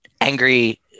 angry